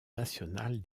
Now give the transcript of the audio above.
nationale